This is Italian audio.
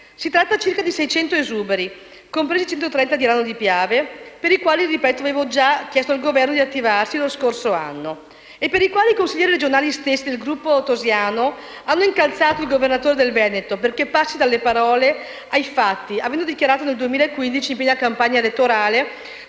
Si tratta di circa 600 esuberi, compresi i 130 di Alano di Piave, per i quali avevo già chiesto al Governo di attivarsi lo scorso anno e per i quali i consiglieri regionali del gruppo tosiano hanno incalzato anche il Governatore del Veneto, perché passi dalle parole ai fatti, avendo fatto nel 2015, in piena campagna elettorale,